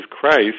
Christ